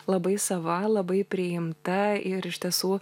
labai sava labai priimta ir iš tiesų